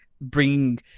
bringing